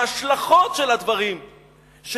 ההשלכות של הדברים,